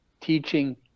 teaching